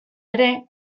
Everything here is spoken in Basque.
ere